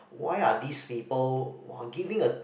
why are this people [wah] giving a